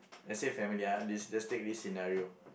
let's say family ah this this let's take this scenario